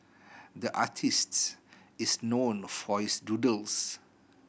the artist is known for his doodles